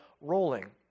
rolling